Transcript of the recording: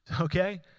Okay